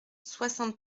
soixante